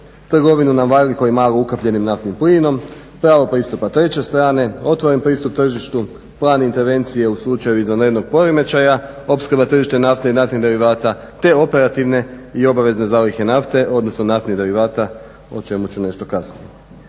trgovinu na veliko i malo ukapljenim naftnim plinom, pravo pristupa treće strane, otvoren pristup tržištu, plan intervencije u slučaju izvanrednog poremećaja, opskrba tržišta nafte i naftnih derivata te operativne i obavezne zalihe nafte, odnosno naftnih derivata o čemu ću nešto kasnije.